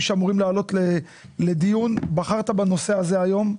שאמורים לעלות לדיון בחרת בנושא הזה היום.